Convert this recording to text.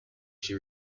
she